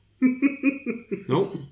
Nope